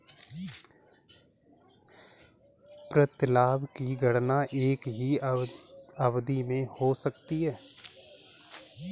प्रतिलाभ की गणना एक ही अवधि में हो सकती है